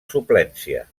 suplència